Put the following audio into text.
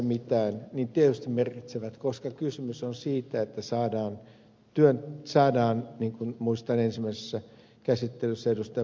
kilometrit tietysti merkitsevät tässä koska kysymys on siitä niin kuin muistan ensimmäisessä käsittelyssä ed